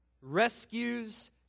rescues